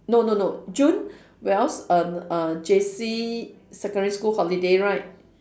no no no june when all s~ uh uh J_C secondary school holiday right